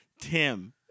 Tim